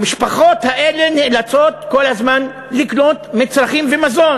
המשפחות האלה נאלצות כל הזמן לקנות מצרכים ומזון,